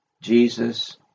Jesus